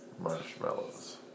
Marshmallows